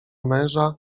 męża